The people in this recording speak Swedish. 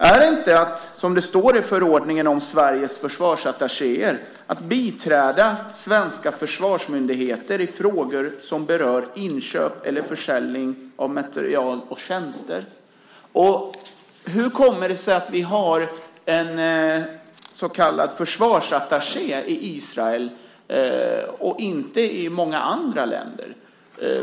Är det inte att, som det står i förordningen om Sveriges försvarsattachéer, biträda svenska försvarsmyndigheter i frågor som berör inköp eller försäljning av materiel och tjänster? Hur kommer det sig att vi har en så kallad försvarsattaché i Israel men inte i många andra länder?